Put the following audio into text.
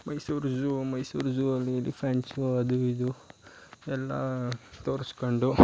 Mysuru zoo Mysuru zoo ಅಲ್ಲಿ elephants ಅದು ಇದು ಎಲ್ಲ ತೋರಿಸ್ಕೊಂಡು